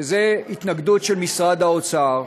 היא שזה התנגדות של משרד האוצר,